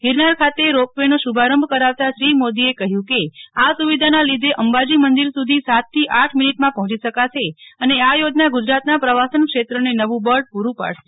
ગીરનાર ખાતે રો પવેનો શુભારંભ કરાવતાંશ્રી મોદીએ કહ્યું કે આ સુવિધાના લીધે અંબાજી મંદીર સુધી સાતથી આઠ મીનીટમાં પહોંચી શકાશે અને આ યોજના ગુજરાતના પ્રવાસન ક્ષેત્રને નવુ બળ પુરુપાડશે